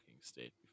state